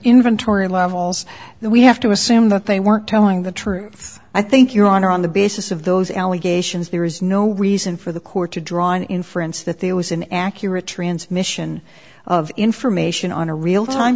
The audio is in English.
inventory levels that we have to assume that they weren't telling the truth i think your honor on the basis of those allegations there is no reason for the court to draw an inference that there was an accurate transmission of information on a real time